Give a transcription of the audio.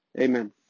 Amen